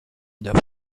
der